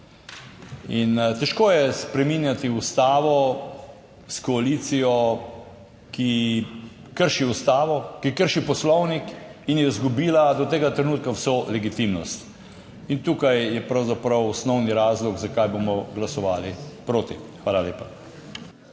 In težko je spreminjati ustavo s koalicijo, ki krši Ustavo, ki krši Poslovnik in je izgubila do tega trenutka vso legitimnost. In tukaj je pravzaprav osnovni razlog zakaj bomo glasovali proti. Hvala lepa.